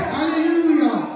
Hallelujah